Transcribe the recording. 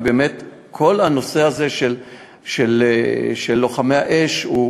כי באמת כל הנושא הזה של לוחמי האש הוא